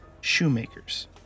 Shoemakers